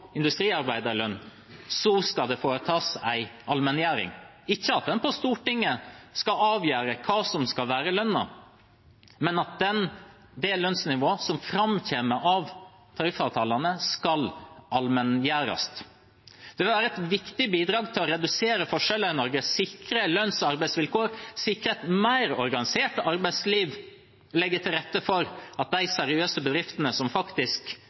skal det foretas en allmenngjøring. En skal ikke på Stortinget avgjøre hva som skal være lønnen, men det lønnsnivået som framkommer av tariffavtalene, skal allmenngjøres. Det vil være et viktig bidrag for å redusere forskjeller i Norge og sikre lønns- og arbeidsvilkår og et mer organisert arbeidsliv. En vil legge til rette for at de seriøse bedriftene, som faktisk